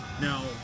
now